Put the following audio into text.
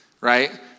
right